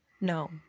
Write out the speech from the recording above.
no